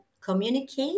communicate